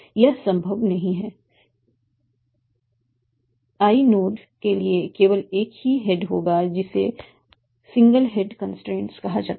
यह संभव नहीं है i नोड के लिए केवल एक ही हेड होगा जिसे सिंगल हेड कंस्ट्रेंट कहा जाता है